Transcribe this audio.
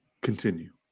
Continue